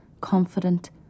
confident